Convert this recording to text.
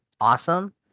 awesome